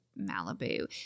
Malibu